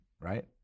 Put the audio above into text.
right